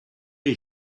les